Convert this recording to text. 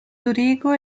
zurigo